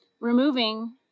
removing